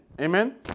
Amen